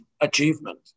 achievement